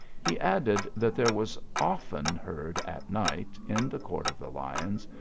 he added, that there was often heard at night, in the court of the lions,